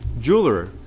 jeweler